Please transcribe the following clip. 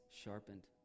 sharpened